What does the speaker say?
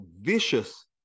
vicious